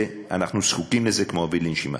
אנחנו זקוקים לזה כמו אוויר לנשימה.